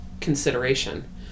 consideration